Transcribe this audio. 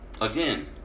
Again